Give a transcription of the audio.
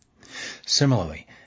Similarly